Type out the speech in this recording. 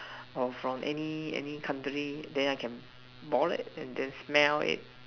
or from any any country then I can ball it and then smell it